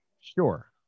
Sure